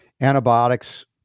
Antibiotics